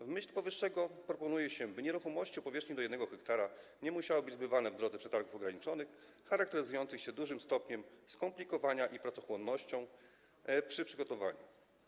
W myśl powyższego proponuje się, aby nieruchomości o powierzchni do 1 ha nie musiały być zbywane w drodze przetargów ograniczonych, charakteryzujących się dużym stopniem skomplikowania i pracochłonnością przy przygotowaniu.